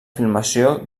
filmació